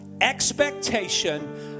expectation